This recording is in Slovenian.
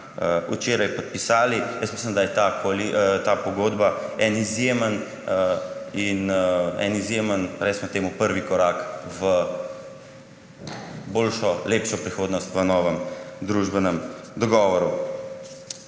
včeraj podpisali. Mislim, da je ta pogodba en izjemen prvi korak v boljšo, lepšo prihodnost v novem družbenem dogovoru.